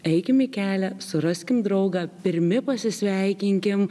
eikim į kelia suraskim draugą pirmi pasisveikinkim